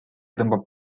tõmbab